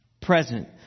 Present